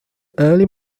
early